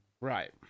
right